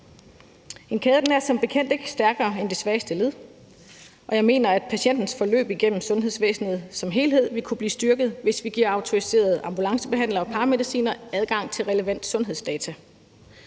En kæde er som bekendt ikke stærkere end det svageste led, og jeg mener, at patientens forløb igennem sundhedsvæsenet som helhed vil kunne blive styrket, hvis vi giver autoriserede ambulancebehandlere og paramedicinere adgang til relevante sundhedsdata.